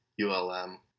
ULM